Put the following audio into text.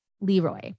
Leroy